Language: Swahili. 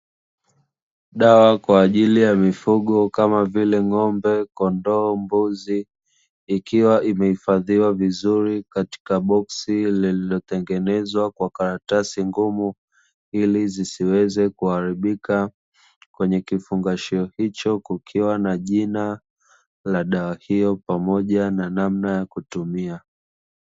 Dawa kwa ajili ya mifugo kama vile ng'ombe, kondoo, mbuzi, ikiwa imehifadhiwa vizuri katika boksi lililotengenezwa kwa karatasi ngumu. Ili zisiweze kuharibika kwenye kifungashio hicho, kukiwa na jina la dawa hiyo pamoja na namna ya kutumia.